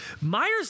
Myers